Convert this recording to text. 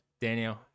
daniel